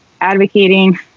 advocating